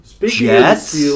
Jets